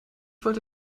wollte